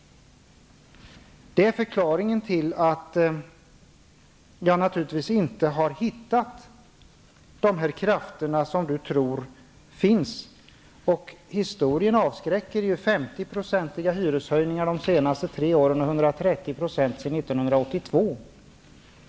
Det är förklaringen till att jag inte har hittat de krafter som enligt Lars Stjernkvist skulle finnas. Men historien avskräcker. Det har ju varit hyreshöjningar om 50 % under de senaste tre åren och om 130 % sedan 1982.